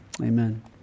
Amen